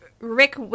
Rick